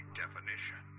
definition